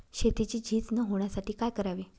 शेतीची झीज न होण्यासाठी काय करावे?